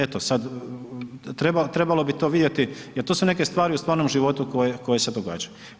Eto sad, trebalo bi to vidjeti, jer to su neke stvari u stvarnom životu koje se događaju.